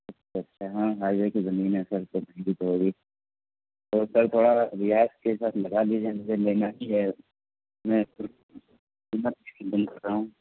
اچھا اچھا ہاں ہائیوے کی زمیں ہے سر تو مہنگی تو ہوگی تو سر تھوڑا رعایت کے ساتھ لگا لیجیے مجھے لینا ہی ہے میں کر رہا ہوں